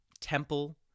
Temple